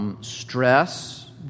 stress